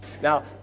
Now